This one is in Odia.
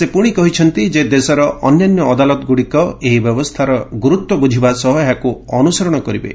ସେ ପୁଣି କହିଛନ୍ତି ଯେ ଦେଶର ଅନ୍ୟାନ୍ୟ ଅଦାଲତଗୁଡ଼ିକ ମଧ୍ୟ ଏହି ବ୍ୟବସ୍ଥାର ଗୁରୁତ୍ୱ ବୁଝିବା ସହ ଏହାକୁ ଅନୁସରଣ ମଧ୍ୟ କରିବେ